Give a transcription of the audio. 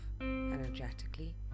energetically